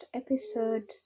episode